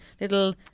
little